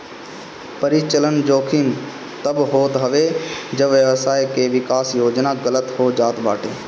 परिचलन जोखिम तब होत हवे जब व्यवसाय के विकास योजना गलत हो जात बाटे